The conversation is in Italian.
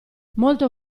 molto